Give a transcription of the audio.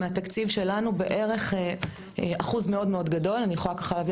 אחוז מאוד-מאוד גדול מהתקציב שלנו אני יכולה להביא